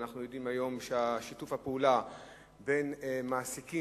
ואנחנו יודעים היום ששיתוף הפעולה בין מעסיקים,